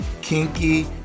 kinky